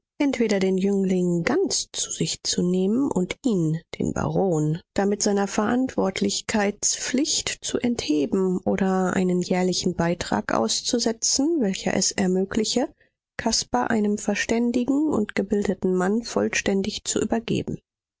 entweder den jüngling ganz zu sich zu nehmen und ihn den baron damit seiner verantwortlichkeitspflicht zu entheben oder einen jährlichen beitrag auszusetzen welcher es ermögliche caspar einem verständigen und gebildeten mann vollständig zu übergeben